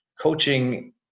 coaching